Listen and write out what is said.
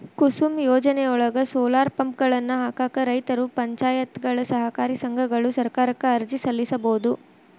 ಕುಸುಮ್ ಯೋಜನೆಯೊಳಗ, ಸೋಲಾರ್ ಪಂಪ್ಗಳನ್ನ ಹಾಕಾಕ ರೈತರು, ಪಂಚಾಯತ್ಗಳು, ಸಹಕಾರಿ ಸಂಘಗಳು ಸರ್ಕಾರಕ್ಕ ಅರ್ಜಿ ಸಲ್ಲಿಸಬೋದು